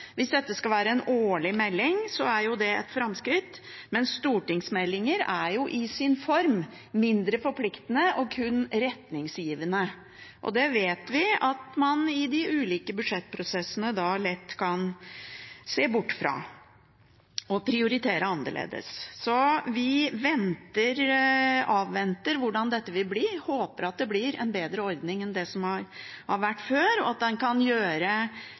Hvis dette skal være en årlig melding, er det et framskritt, men stortingsmeldinger er i sin form mindre forpliktende og kun retningsgivende, og da vet vi at man i de ulike budsjettprosessene lett kan se bort fra det og prioritere annerledes. Så vi avventer hvordan dette vil bli, og håper at det blir en bedre ordning enn det som har vært før, og at